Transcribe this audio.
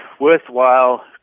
worthwhile